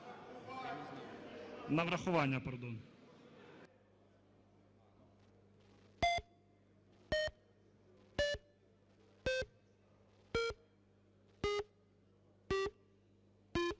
На врахування, пардон.